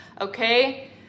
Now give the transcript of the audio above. okay